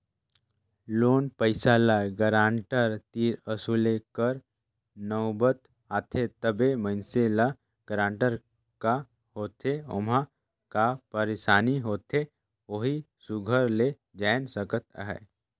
loan पइसा ल guarantor तीर वसूले कर नउबत आथे तबे मइनसे ल गारंटर का होथे ओम्हां का पइरसानी होथे ओही सुग्घर ले जाएन सकत अहे